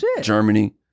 germany